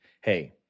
hey